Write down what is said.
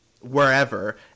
wherever